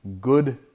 good